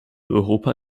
europa